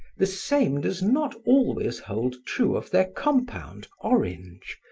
the same does not always hold true of their compound, orange,